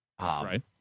Right